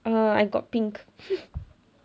err I got pink